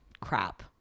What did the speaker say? crap